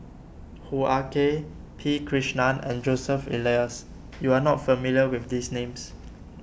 Hoo Ah Kay P Krishnan and Joseph Elias you are not familiar with these names